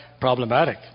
problematic